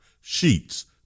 sheets